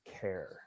care